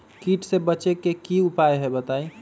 कीट से बचे के की उपाय हैं बताई?